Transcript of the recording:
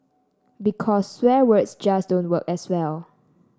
because swear words just don't work as well